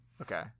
okay